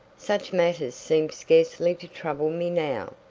such matters seem scarcely to trouble me now.